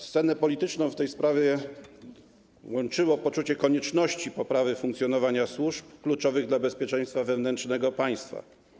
Scenę polityczną w tej sprawie łączyło poczucie konieczności poprawy funkcjonowania służb kluczowych dla bezpieczeństwa wewnętrznego państwa.